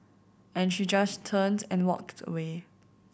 and she just turned and walked away